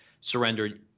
surrendered